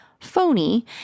phony